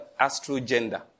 astrogender